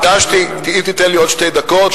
אם תיתן לי עוד שתי דקות,